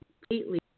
completely